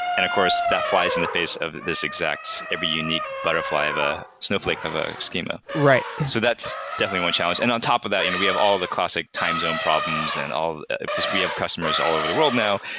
and of course, that flies in the face of this exact every unique butterfly of a snowflake of a schema. right. so that's definitely one challenge. and on top of that, you know we have all the classic time zone problems and all because we have customers all over the world now,